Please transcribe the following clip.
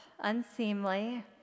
unseemly